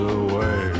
away